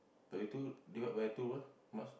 thirty two divide by two berapa must